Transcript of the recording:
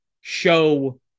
show